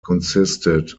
consisted